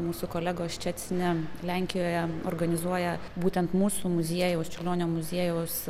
mūsų kolegos ščecine lenkijoje organizuoja būtent mūsų muziejaus čiurlionio muziejaus